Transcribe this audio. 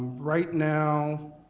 right now,